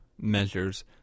measures